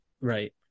Right